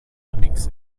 makes